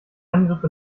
angriffe